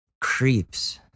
creeps